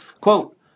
Quote